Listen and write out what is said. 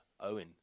Owen